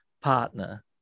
partner